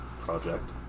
project